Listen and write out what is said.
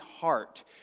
heart